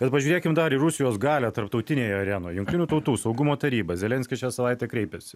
bet pažiūrėkim dar į rusijos galią tarptautinėj arenoj jungtinių tautų saugumo taryba zelenskis šią savaitę kreipėsi